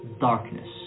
darkness